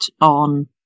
on